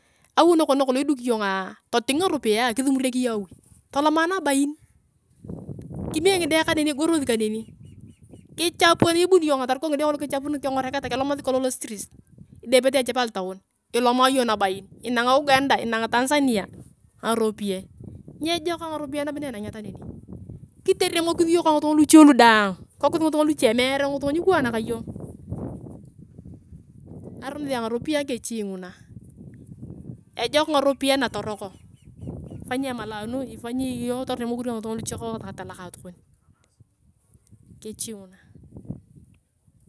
Awi nakon nakolong iduki iyongaa toting ngaropiyae kisumuriak iyong awi toloma nabain kime ngide kaneni igorosi kaneni kichapuun ani ibuni iyong torikau ngide kolong keng’oreketa kilomasi kolong lostrit idepete echap alotaun iloma iyong nabai inang uganda inong tanzania ngaropiyae nyejok ngaropiyae nabo na enangeta neni kuteremokis iyong ka ngitunga luche lu daang kikokis ngitunga luche mere ngitunga nyikwaan ka iyong. Aronis angaropiyae ngesi ngina ejok ngaropiyae na toroko ifanyi emalanu ifanyi iyong toremokin ka ngituna luche ta lokatokon kechi nguna.